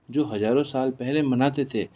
जो हजारों साल पहले मानते थे